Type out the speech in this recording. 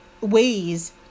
ways